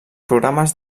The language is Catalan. programes